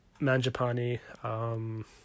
Manjapani